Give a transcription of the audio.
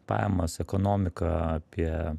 pajamas ekonomiką apie